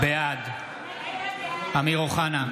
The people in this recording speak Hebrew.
בעד אמיר אוחנה,